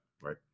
right